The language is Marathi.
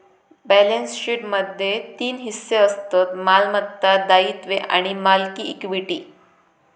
बॅलेंस शीटमध्ये तीन हिस्से असतत मालमत्ता, दायित्वे आणि मालकी इक्विटी